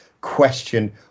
question